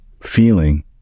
feeling